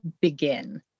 begin